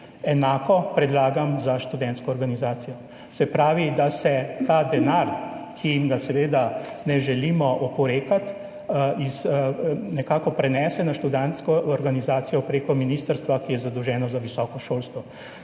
Enako predlagam za študentsko organizacijo. Se pravi, da se ta denar, ki jim ga seveda ne želimo oporekati, nekako prenese na Študentsko organizacijo prek ministrstva, ki je zadolženo za visoko šolstvo.